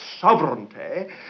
sovereignty